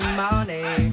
money